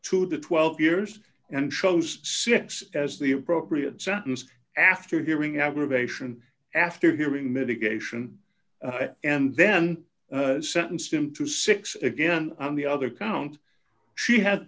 to the twelve years and chose six as the appropriate sentence after hearing aggravation after hearing mitigation and then sentenced him to six again on the other count she had